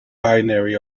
binary